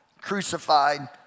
crucified